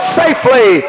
safely